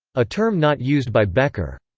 a term not used by bekker.